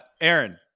Aaron